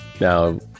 Now